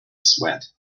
sweat